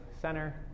center